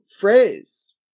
phrase